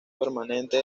permanente